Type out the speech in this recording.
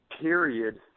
period